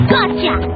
Gotcha